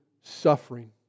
suffering